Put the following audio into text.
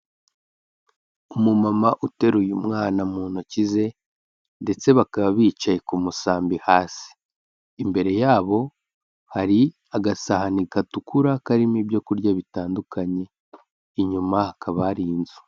Umumama uteruye umwana mu ntoki ze ndetse bakaba bicaye ku musambi hasi, imbere yabo hari agasahani gatukura karimo ibyo kurya bitandukanye inyuma hakaba hari inzu.